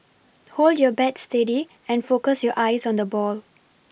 hold your bat steady and focus your eyes on the ball